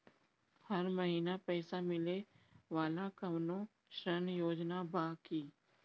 हर महीना पइसा मिले वाला कवनो ऋण योजना बा की?